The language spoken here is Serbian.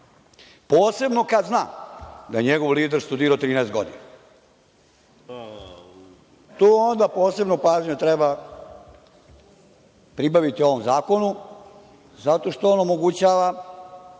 posebno kada znam da je njegov lider studirao 13 godina. Tu onda posebnu pažnju treba pribaviti ovom zakonu zato što on omogućava